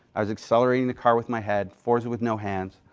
i was accelerating the car with my head, forza with no hands,